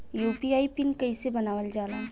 UPI PIN कइसे बनावल जाला?